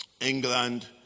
England